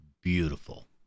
beautiful